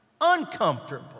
uncomfortable